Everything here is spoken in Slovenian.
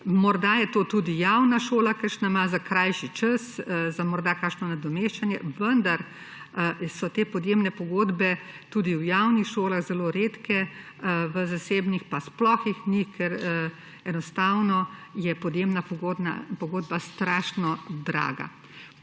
Morda ima tudi kakšna javna šola za krajši čas, morda za kakšno nadomeščanje, vendar so te podjemne pogodbe tudi v javnih šolah zelo redke, v zasebnih jih pa sploh ni, ker je enostavno podjemna pogodba strašno draga.